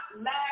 last